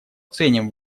ценим